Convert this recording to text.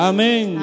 Amen